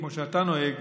כמו שאתה נוהג,